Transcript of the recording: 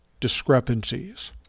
discrepancies